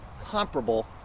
comparable